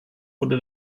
wurde